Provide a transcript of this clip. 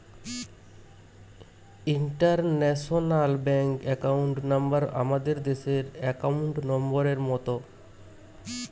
international bank account number আমাদের দেশের account নম্বরের মত